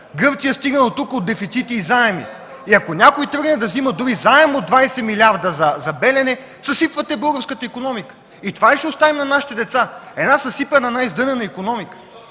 Гърция стигна дотук от дефицити и заеми. И ако някой тръгне да взема дори заем от 20 милиарда за „Белене”, съсипвате българската икономика. И това ли ще оставим на нашите деца – една съсипана, една издънена икономика?!